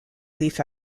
relief